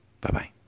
Bye-bye